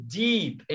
deep